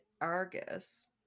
Argus